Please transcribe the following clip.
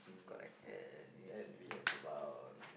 correct and then we have about